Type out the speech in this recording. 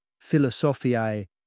Philosophiae